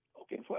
Okay